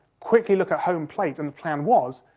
quickly look at home plate, and the plan was,